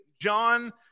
John